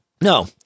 No